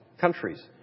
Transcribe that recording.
countries